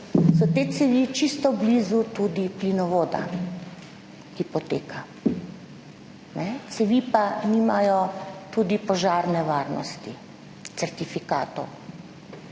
so te cevi čisto blizu tudi plinovoda, ki poteka. Cevi pa nimajo tudi požarne varnosti, certifikatov.